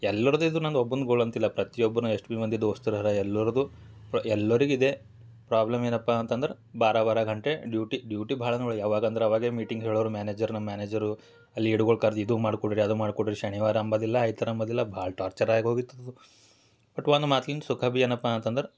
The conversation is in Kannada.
ಎಲ್ಲರದ್ದು ಇದು ನಂದು ಒಬ್ಬನ ಗೋಳು ಅಂತಿಲ್ಲ ಪ್ರತಿಯೊಬ್ನೂ ಎಷ್ಟು ಬಿ ಮಂದಿ ದೋಸ್ತರು ಹರ ಎಲ್ಲರದ್ದೂ ಪ್ರ ಎಲ್ಲರಿಗ್ ಇದೇ ಪ್ರಾಬ್ಲಮ್ ಏನಪ್ಪ ಅಂತಂದ್ರೆ ಬಾರ ಬಾರ ಗಂಟೆ ಡ್ಯೂಟಿ ಡ್ಯೂಟಿ ಭಾಳ ನೋಡು ಯಾವಾಗ ಅಂದ್ರೆ ಅವಾಗ್ಲೇ ಮೀಟಿಂಗ್ ಹೇಳೋರು ಮ್ಯಾನೇಜರ್ ನಮ್ಮ ಮ್ಯಾನೇಜರು ಅಲ್ಲಿ ಇಡುಗೊಳ್ ಕರ್ದು ಇದು ಮಾಡಿಕೊಡ್ರಿ ಅದು ಮಾಡಿಕೊಡ್ರಿ ಶನಿವಾರ ಅನ್ನದಿಲ್ಲ ಆದಿತ್ಯವಾರ ಅನ್ನದಿಲ್ಲ ಭಾಳ ಟಾರ್ಚರೇ ಆಗೋಗಿತ್ತು ಅದು ಒಟ್ಟು ಒಂದು ಮಾತು ಸುಖ ಬೀ ಏನಪ್ಪ ಅಂತಂದರೆ